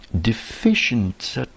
deficient